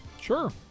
Sure